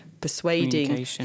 persuading